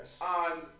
on